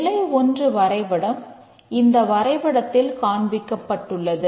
நிலை 1 வரைபடம் இந்த வரைபடத்தில் காண்பிக்கப்பட்டுள்ளது